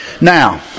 now